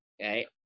okay